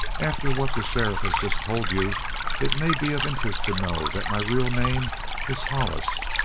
after what the sheriff has just told you it may be of interest to know that my real name is hollis.